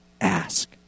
ask